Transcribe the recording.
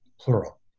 plural